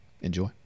Enjoy